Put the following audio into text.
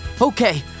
Okay